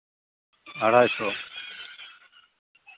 ᱟᱲᱟᱭ ᱥᱚ